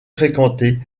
fréquentées